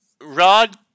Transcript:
Rod